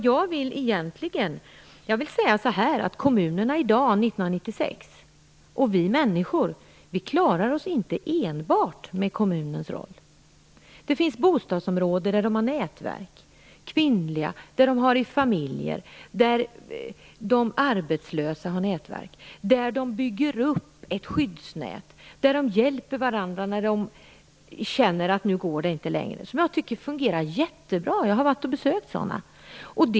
Jag vill säga att i dag, 1996, klarar vi människor oss inte enbart med kommunens roll. Det finns bostadsområden där det finns nätverk för kvinnor, familjer och där de arbetslösa har nätverk. Det byggs upp ett skyddsnät där de hjälper varandra när de känner att det inte går längre. Jag tycker att detta fungerar jättebra. Jag har varit och besökt sådana.